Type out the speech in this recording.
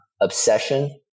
obsession